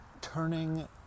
Turning